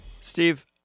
Steve